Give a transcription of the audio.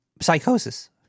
psychosis